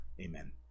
amen